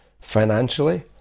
financially